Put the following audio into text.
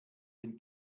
den